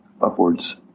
upwards